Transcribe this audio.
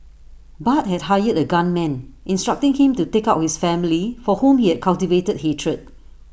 Bart had hired A gunman instructing him to take out with family for whom he had cultivated hatred